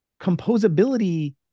composability